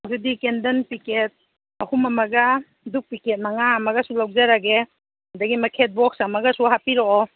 ꯑꯗꯨꯗꯤ candle packet ꯑꯍꯨꯝ ꯑꯃꯒ ꯗꯨꯛ ꯄꯤꯀꯦꯠ ꯃꯉꯥ ꯑꯃꯒꯁꯨ ꯂꯧꯖꯔꯒꯦ ꯑꯗꯒꯤ ꯃꯩꯈꯦꯠ ꯕꯣꯛꯁ ꯑꯃꯒꯁꯨ ꯍꯥꯞꯄꯤꯔꯛꯑꯣ